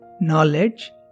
knowledge